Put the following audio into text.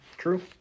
True